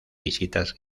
visitas